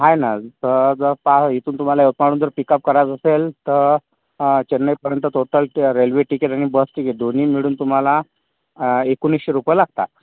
आहे ना तर पहा इथून तुम्हाला यवतमाळहून जर पिकप करायचं असेल तर चेन्नईपर्यंत टोटल ते रेल्वे टिकीट आणि बस टिकीट दोन्ही मिळून तुम्हाला एकोणीसशे रुपये लागतात